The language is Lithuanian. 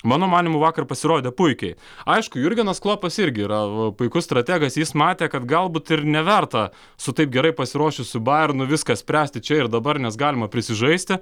mano manymu vakar pasirodė puikiai aišku jurgenas klopas irgi yra puikus strategas jis matė kad galbūt ir neverta su taip gerai pasiruošusiu bajernu viską spręsti čia ir dabar nes galima prisižaisti